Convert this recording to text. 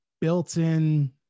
built-in